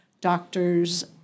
doctors